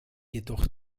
jedoch